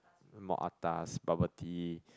more atas bubble tea